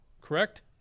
Correct